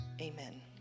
Amen